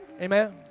Amen